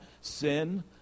Sin